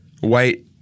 white